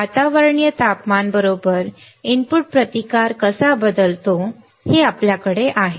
वातावरणीय तापमान बरोबर इनपुट प्रतिकार कसा बदलतो हे आपल्याकडे आहे